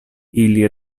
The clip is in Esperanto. ili